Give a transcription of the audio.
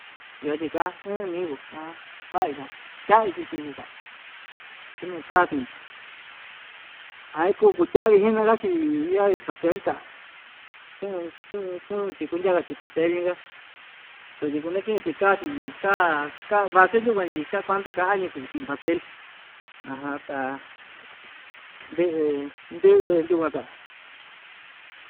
Iyo‑chi ka'an ɨɨn mii kuu an va'a‑ñi tan tya'vi‑chi chii‑chi ta chanu'un kaa chi'in‑chi a ikuu kutya'vi xi'naka‑chi ya'vi pastel ta ku'un ku'un ku'un‑chi kundyaka‑chi pastel ñi‑ka sotyi kunaki'in‑chi kaa‑chi tyi kaa kaa base yukuan tyi cha kua'an ndɨka'an‑ñi kuu chi'in pastel ta ndɨ'ɨ ndɨ'ɨ yukuan ta.